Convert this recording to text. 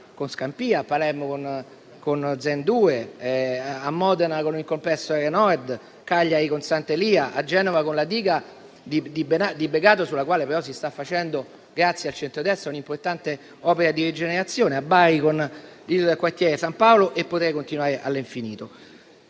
con Scampia, e Palermo con Zen 2, a Modena con il complesso R-Nord, a Cagliari con Sant'Elia, a Genova con la Diga di Begato sulla quale però si sta facendo, grazie al centrodestra, un'importante opera di rigenerazione, a Bari con il quartiere San Paolo e potrei continuare all'infinito.